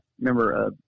remember